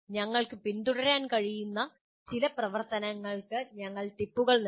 നിങ്ങൾക്ക് പിന്തുടരാൻ കഴിയുന്ന ചില പ്രവർത്തനങ്ങൾക്ക് ഞങ്ങൾ ടിപ്പുകൾ നൽകുന്നു